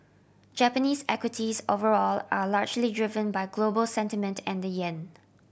Japanese equities overall are largely driven by global sentiment and the yen